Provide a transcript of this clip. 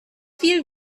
viel